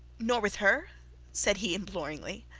nor with her said he imploringly.